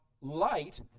light